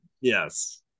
Yes